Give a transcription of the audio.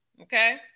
Okay